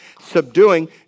subduing